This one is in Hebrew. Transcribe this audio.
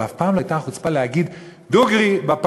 אבל אף פעם לא הייתה החוצפה להגיד דוגרי בפנים,